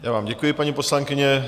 Já vám děkuji, paní poslankyně.